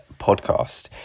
Podcast